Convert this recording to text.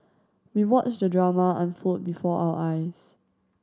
we watched the drama unfold before our eyes